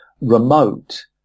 remote